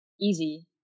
easy